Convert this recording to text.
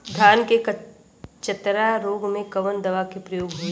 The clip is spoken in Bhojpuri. धान के चतरा रोग में कवन दवा के प्रयोग होई?